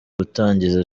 gutangiza